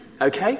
Okay